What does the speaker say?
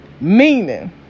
Meaning